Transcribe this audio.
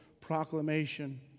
proclamation